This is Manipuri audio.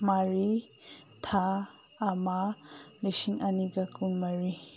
ꯃꯔꯤ ꯊꯥ ꯑꯃ ꯂꯤꯁꯤꯡ ꯑꯅꯤꯒ ꯀꯨꯟ ꯃꯔꯤ